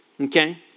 Okay